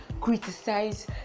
criticize